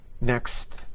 Next